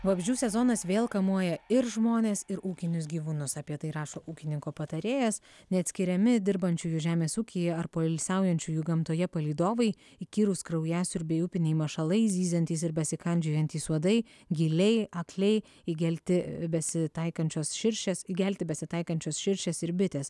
vabzdžių sezonas vėl kamuoja ir žmones ir ūkinius gyvūnus apie tai rašo ūkininko patarėjas neatskiriami dirbančiųjų žemės ūkyje ar poilsiaujančiųjų gamtoje palydovai įkyrūs kraujasiurbiai upiniai mašalai zyziantys ir besikandžiojantys uodai gyliai akliai įgelti besitaikančios širšės įgelti besitaikančios širšės ir bitės